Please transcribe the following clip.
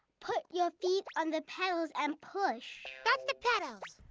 put your feet on the pedals and push. that's the pedals.